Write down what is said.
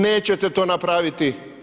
Nećete to napraviti.